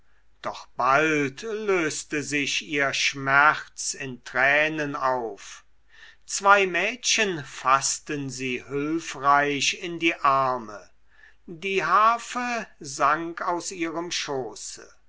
doch bald löste sich ihr schmerz in tränen auf zwei mädchen faßten sie hülfreich in die arme die harfe sank aus ihrem schoße